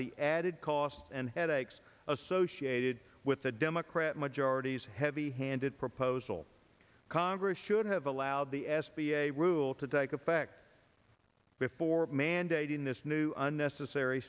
the added cost and headaches associated with a democrat majorities heavy handed proposal congress should have allowed the s b a rule to take effect before mandating this new unnecessary